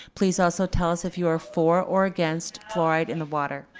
please also tell us if you are for or against fluoride in the water.